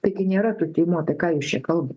taigi nėra tų tymų apie ką jūs čia kalbat